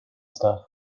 stuff